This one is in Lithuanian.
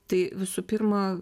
tai visų pirma